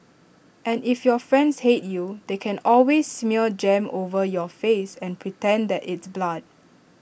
and if your friends hate you they can always smear jam over your face and pretend that it's blood